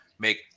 make